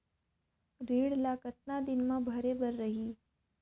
ऋण ला कतना दिन मा भरे बर रही?